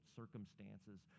circumstances